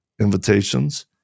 invitations